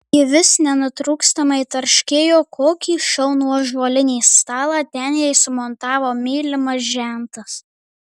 ji vis nenutrūkstamai tarškėjo kokį šaunų ąžuolinį stalą ten jai sumontavo mylimas žentas